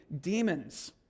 demons